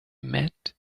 met